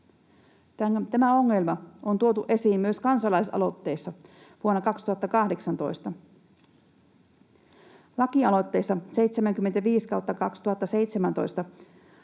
Tämä ongelma on tuotu esiin myös kansalaisaloitteessa vuonna 2018. Lakialoitteessa 75/2017,